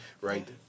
right